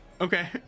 Okay